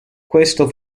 questo